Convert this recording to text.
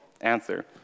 answer